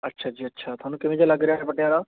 ਅੱਛਾ ਜੀ ਅੱਛਾ ਤੁਹਾਨੂੰ ਕਿਹੋ ਜਿਹਾ ਲੱਗ ਰਿਹਾ ਪਟਿਆਲਾ